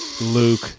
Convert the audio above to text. Luke